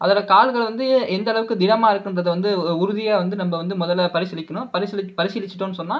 அதோடய கால்கள் வந்து எந்த அளவுக்கு திடமாக இருக்குன்றதை வந்து உறுதியாக வந்து நம்ம வந்து முதலில் பரிசீலிக்கணும் பரிசீலித்துட்டோம்னு சொன்னால்